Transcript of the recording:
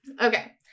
Okay